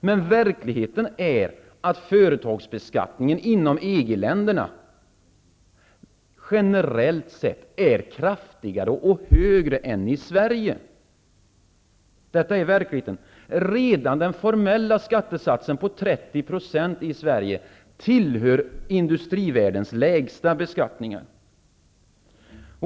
Men verkligheten är att företagsbeskattningen inom EG-länderna generellt sett är kraftigare och högre än i Sverige. Redan den formella skattesatsen på 30 % i Sverige tillhör en av världens lägsta beskattningsnivåer.